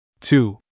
Two